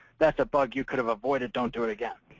that's a bug you could have avoided. don't do it again.